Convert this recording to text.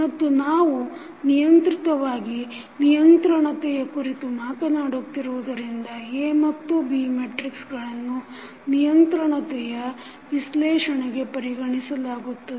ಮತ್ತು ನಾವು ನಿರ್ದಿಷ್ಟವಾಗಿ ನಿಯಂತ್ರಣತೆಯ ಕುರಿತು ಮಾತನಾಡುತ್ತಿರುವುದರಿಂದ A ಮತ್ತು B ಮೆಟ್ರಿಕ್ಸಗಳನ್ನು ನಿಯಂತ್ರಣತೆಯ ವಿಶ್ಲೇಷಣತೆಗೆ ಪರಿಗಣಿಸಲಾಗುತ್ತದೆ